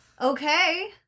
Okay